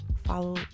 follow